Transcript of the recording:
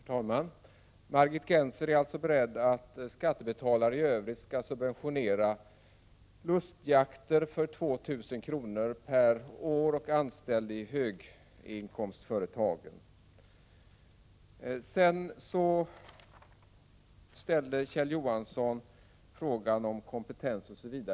Herr talman! Margit Gennser är alltså beredd att medge att skattebetalare i övrigt skall subventionera lustjakter för 2 000 kr. per år och anställd i höginkomstföretag. Kjell Johansson talade om kompetens.